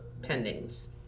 pendings